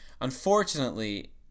unfortunately